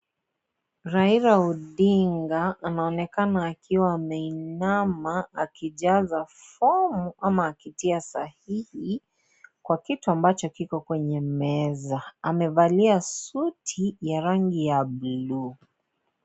Raila Odinga anaonekana akiwa ameinama, akijaza fomu, ama akitia sahihi kwa kitu ambacho kiko kwenye meza. Amevalia suti ya rangi ya buluu.